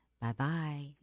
Bye-bye